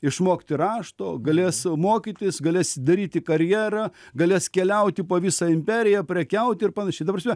išmokti rašto galės mokytis galės daryti karjerą galės keliauti po visą imperiją prekiauti ir panašiai ta prasme